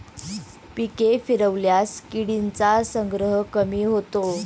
पिके फिरवल्यास किडींचा संग्रह कमी होतो